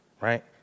Right